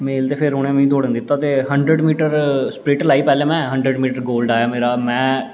मेल ते फिर उ'नें दौड़न दित्ता ते हंडर्ड़ मीटर स्परिंट लाई पैह्ले में हंड्रड़ मीटर गोल्ड आया मेरा मैं